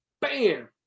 Bam